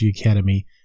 Academy